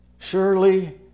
Surely